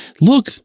Look